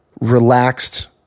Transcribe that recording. relaxed